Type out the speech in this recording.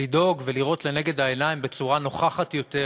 לדאוג ולראות נגד העיניים בצורה נוכחת יותר